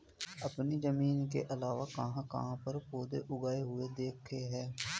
आपने जमीन के अलावा कहाँ कहाँ पर पौधे उगे हुए देखे हैं?